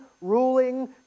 ruling